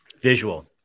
Visual